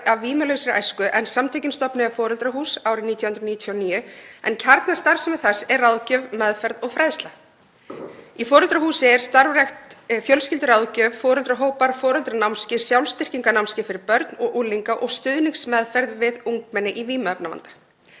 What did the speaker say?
af Vímulausri æsku. Samtökin stofnuðu Foreldrahús árið 1999 en kjarnastarfsemi þess er ráðgjöf, meðferð og fræðsla. Í Foreldrahúsi er starfrækt fjölskylduráðgjöf, foreldrahópar, foreldranámskeið, sjálfstyrkingarnámskeið fyrir börn og unglinga og stuðningsmeðferð við ungmenni í vímuefnavanda.